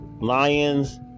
Lions